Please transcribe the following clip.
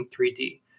3D